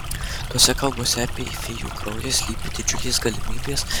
tose kalbose apie fėjų kraują slypi didžiulės galimybės